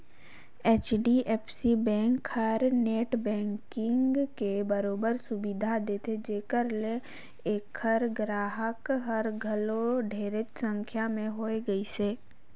HDFC bank हर net banking के बरोबर सुबिधा देथे जेखर ले ऐखर गराहक हर घलो ढेरेच संख्या में होए गइसे